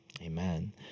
Amen